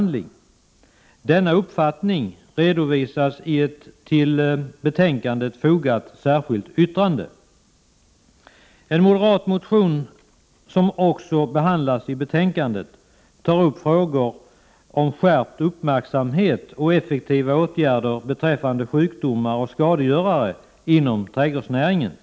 Denna uppfattning redovisas i ett till betänkandet fogat särskilt yttrande. I en moderat motion, som också behandlas i betänkandet, tas frågor om skärpt uppmärksamhet och effektiva åtgärder beträffande sjukdomar och skadegörare inom trädgårdsnäringen upp.